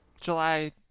July